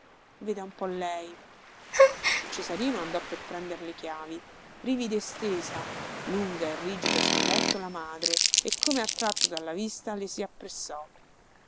veda un po lei cesarino andò per prender le chiavi rivide stesa lunga e rigida sul letto la madre e come attratto dalla vista le si